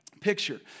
picture